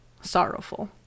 sorrowful